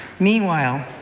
meanwhile,